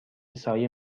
سایه